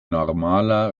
normaler